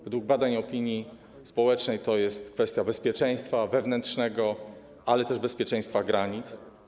Według badań opinii społecznej jest to kwestia bezpieczeństwa wewnętrznego, ale też bezpieczeństwa granic.